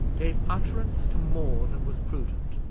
gave utterance to more than was prudent.